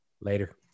Later